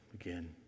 again